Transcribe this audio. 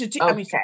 Okay